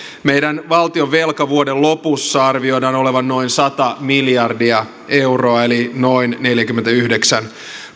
meidän valtionvelan vuoden lopussa arvioidaan olevan noin sata miljardia euroa eli noin neljäkymmentäyhdeksän